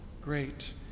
great